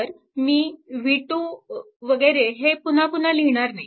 तर मी v2 वगैरे हे पुन्हा पुन्हा लिहिणार नाही